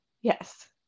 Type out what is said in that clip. Yes